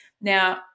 Now